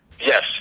Yes